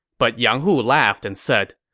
but yang hu laughed and said,